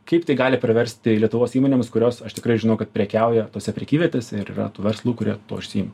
kaip tai gali praversti lietuvos įmonėms kurios aš tikrai žinau kad prekiauja tose prekyvietėse ir yra tų verslų kurie tuo užsiima